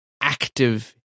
active